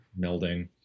melding